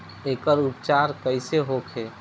एकर उपचार कईसे होखे?